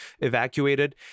evacuated